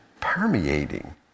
permeating